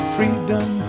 Freedom